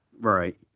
Right